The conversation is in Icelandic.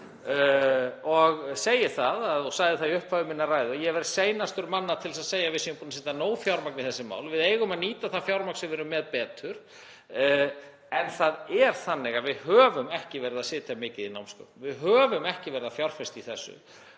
Ég segi það sem ég sagði áður í upphafi minnar ræðu, að ég verð seinastur manna til að segja að við séum búin að setja nóg fjármagn í þessi mál. Við eigum að nýta það fjármagn betur sem við erum með, en það er þannig að við höfum ekki verið að setja mikið í námsgögn. Við höfum ekki verið að fjárfesta í þessu